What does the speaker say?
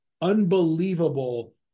unbelievable